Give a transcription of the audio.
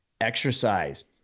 exercise